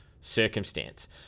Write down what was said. circumstance